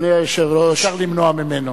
אי-אפשר למנוע ממנו.